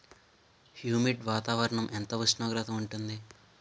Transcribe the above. Humid వాతావరణం ఎంత ఉష్ణోగ్రత ఉంటుంది?